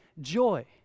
joy